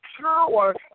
power